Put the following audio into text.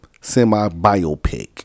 semi-biopic